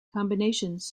combinations